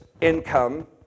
income